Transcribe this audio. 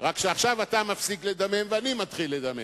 רק שעכשיו אתה מפסיק לדמם ואני מתחיל לדמם,